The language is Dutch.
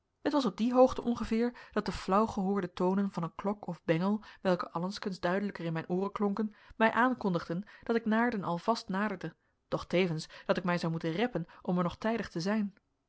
het was op die hoogte ongeveer dat de flauw gehoorde tonen van een klok of bengel welke allengskens duidelijker in mijn ooren klonken mij aankondigden dat ik naarden al vast naderde doch tevens dat ik mij zou moeten reppen om er nog tijdig te zijn